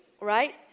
right